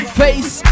face